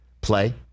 play